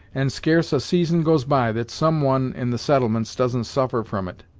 and scarce a season goes by that some one in the settlements doesn't suffer from it.